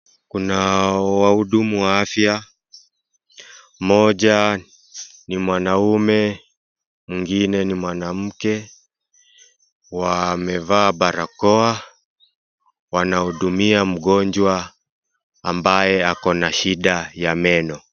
Kuna wahudumu wa fya, mmoja ni mwanaume mwingine ni mwanamke. Wamevaa barakoa, wanahudumia mgonjwa ambaye ako na shida ya meno.